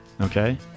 Okay